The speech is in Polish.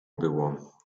było